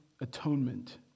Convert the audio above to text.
atonement